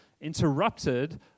interrupted